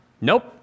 Nope